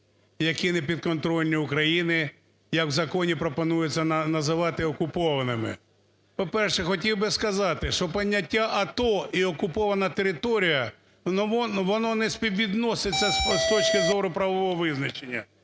які не підконтрольні Україні, як в законі пропонується називати "окупованими". По-перше, хотів би сказати, що поняття "АТО" і "окупована територія" воно не співвідноситься з точки зору правового визначення.